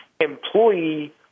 employee